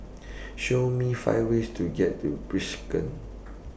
Show Me five ways to get to Bishkek